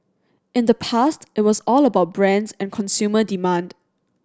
in the past it was all about brands and consumer demand